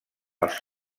els